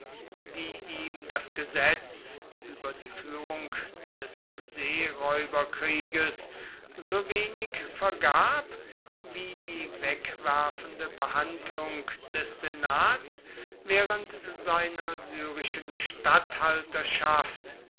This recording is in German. die ihm das gesetz über die führung des seeräuberkrieges so wenig vergab wie die wegwerfende behandlung des senats während seiner syrischen